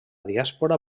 diàspora